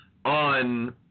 On